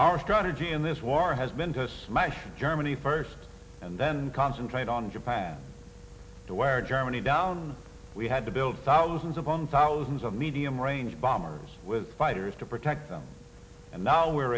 our strategy in this war has been to smash germany first and then concentrate on japan where germany down we had to build thousands upon thousands of medium range bombers with fighters to protect them and now we're